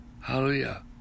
Hallelujah